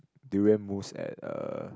durian mousse at uh